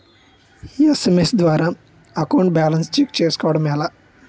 SMS ద్వారా account balance check చేసుకోవటం ఎలా?